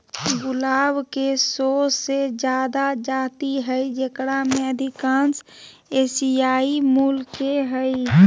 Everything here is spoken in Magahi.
गुलाब के सो से जादा जाति हइ जेकरा में अधिकांश एशियाई मूल के हइ